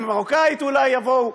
אולי יבואו?